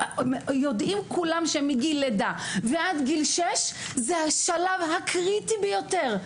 יודעים כולם שמגיל לידה ועד גיל שש זה השלב הקריטי ביותר,